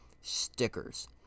Stickers